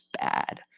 bad